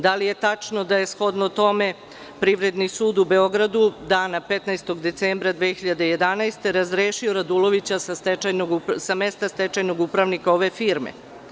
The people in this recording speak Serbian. Da li je tačno da je shodno tome Privredni sud u Beogradu dana 15. decembra 2011. godine razrešio Radulovića sa mesta stečajnog upravnika ove firme?